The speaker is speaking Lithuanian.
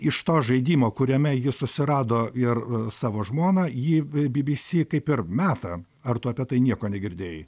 iš to žaidimo kuriame jis susirado ir savo žmona jį bibisi kaip ir meta ar tu apie tai nieko negirdėjai